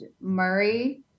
Murray